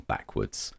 Backwards